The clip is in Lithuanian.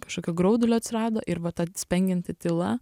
kažkokio graudulio atsirado ir va ta spengianti tyla